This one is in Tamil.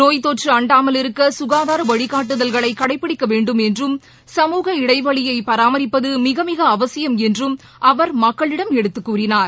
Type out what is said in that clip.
நோய்த் தொற்று அண்டாமல் இருக்க சுகாதார வழிகாட்டுதல்களை கடைப்பிடிக்க வேண்டும் என்றும் சமூக இடைவெளியைப் பராமரிப்பது மிக மிக அவசியம் என்றும் அவர் மக்களிடம் எடுத்துக் கூறினார்